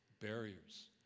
barriers